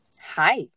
Hi